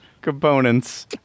components